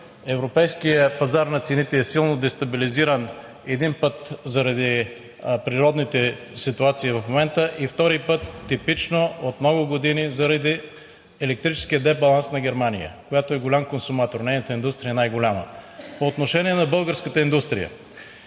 европейският пазар на цените е силно дестабилизиран, един път, заради природните ситуации в момента, и втори път, типично от много години заради електрическия дебаланс на Германия, която е голям консуматор, нейната индустрия е най-голяма. По отношение на българската индустрия.